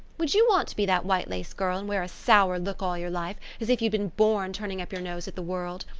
would you want to be that white-lace girl and wear a sour look all your life, as if you'd been born turning up your nose at the world?